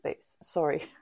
Sorry